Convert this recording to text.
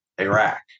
iraq